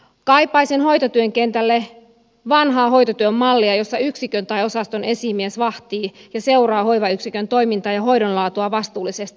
kaipaisin hoitotyön kentälle vanhaa hoitotyön mallia jossa yksikön tai osaston esimies vahtii ja seuraa hoivayksikön toimintaa ja hoidon laatua vastuullisesti